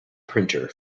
printer